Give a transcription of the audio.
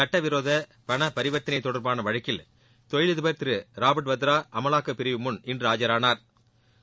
சட்டவிரோத பண பரிவர்த்தனை தொடர்பான வழக்கில் தொழிலதிபர் திரு ராபாட் வத்ரா அமலாக்கப் பிரிவு முன் இன்று ஆஜானாா்